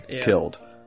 killed